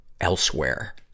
elsewhere